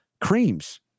creams